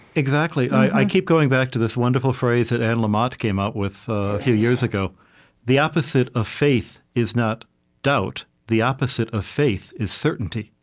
exactly. i keep going back to this wonderful phrase that anne lamott came out with a few years ago the opposite of faith is not doubt. the opposite of faith is certainty.